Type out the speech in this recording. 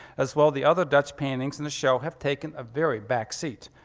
as well the other dutch paintings in the show have taken a very back seat.